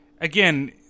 again